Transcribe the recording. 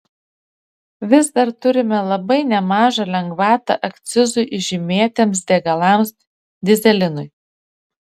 vis dar turime labai nemažą lengvatą akcizui žymėtiems degalams dyzelinui